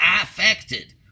affected